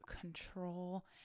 control